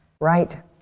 right